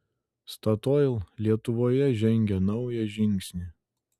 statoil lietuvoje žengia naują žingsnį